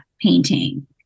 painting